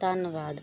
ਧੰਨਵਾਦ